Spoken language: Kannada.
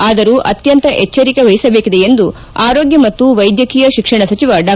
ಆದರೂ ಅತ್ಯಂತ ಎಚ್ಚರಿಕೆ ವಹಿಸಬೇಕಿದೆ ಎಂದು ಆರೋಗ್ಯ ಮತ್ತು ವೈದ್ಯಕೀಯ ಶಿಕ್ಷಣ ಸಚಿವ ಡಾ